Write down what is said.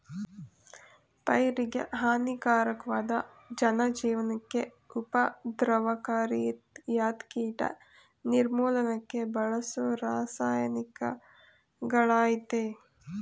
ಪೈರಿಗೆಹಾನಿಕಾರಕ್ವಾದ ಜನಜೀವ್ನಕ್ಕೆ ಉಪದ್ರವಕಾರಿಯಾದ್ಕೀಟ ನಿರ್ಮೂಲನಕ್ಕೆ ಬಳಸೋರಾಸಾಯನಿಕಗಳಾಗಯ್ತೆ